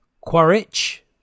Quaritch